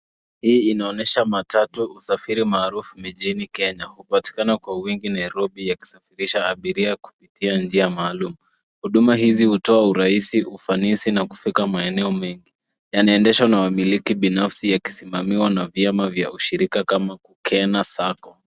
Hii inaonyesha matatu usafiri maarufu nchini Kenya. Hupatikana kwa wingi Nairobi yakisafirisha abiria kupitia njia maalum. Huduma hizi hutoa urahisi, ufanisi na kufika maeneo mengi. Yanaendeshwa na wamiliki binafsi yakisimamiwa na vyama vya ushirika kama kukena sacco.